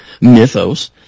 mythos